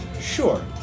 Sure